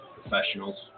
professionals